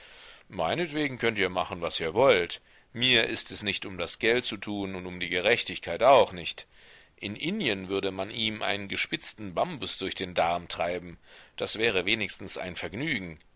meinetwegen könnt ihr machen was ihr wollt mir ist es nicht um das geld zu tun und um die gerechtigkeit auch nicht in indien würde man ihm einen gespitzten bambus durch den darm treiben das wäre wenigstens ein vergnügen